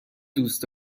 دوست